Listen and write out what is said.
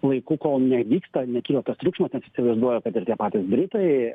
laiku kol nevyksta nekyla tas triukšmas nes įsivaizduoju kad ir tie patys britai